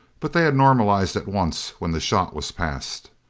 but they had normalized at once when the shot was past.